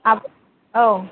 औ